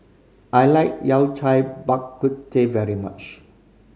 I like Yao Cai Bak Kut Teh very much